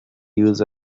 use